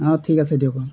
অঁ ঠিক আছে দিয়ক অঁ